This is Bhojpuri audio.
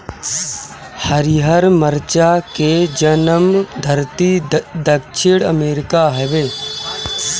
हरिहर मरचा के जनमधरती दक्षिण अमेरिका हवे